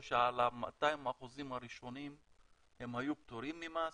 או שעל ה-200% הראשונים הם היו פטורים ממס?